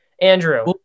Andrew